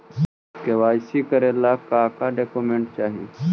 KYC करे ला का का डॉक्यूमेंट चाही?